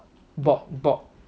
bot bot